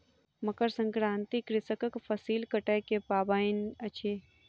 मकर संक्रांति कृषकक फसिल कटै के पाबैन अछि